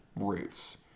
roots